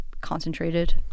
concentrated